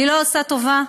והיא לא עושה טובה,